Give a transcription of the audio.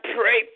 pray